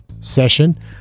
session